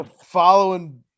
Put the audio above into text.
following